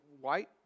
white